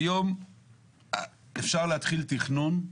כיום אפשר להתחיל תכנון,